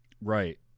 Right